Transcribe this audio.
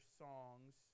songs